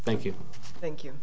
thank you thank you